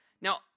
Now